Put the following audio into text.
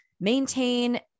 maintain